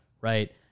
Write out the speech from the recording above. right